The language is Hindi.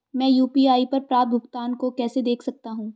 मैं यू.पी.आई पर प्राप्त भुगतान को कैसे देख सकता हूं?